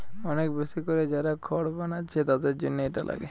অনেক বেশি কোরে যারা খড় বানাচ্ছে তাদের জন্যে এটা লাগে